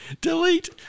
delete